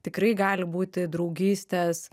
tikrai gali būti draugystės